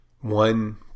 One